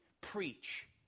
preach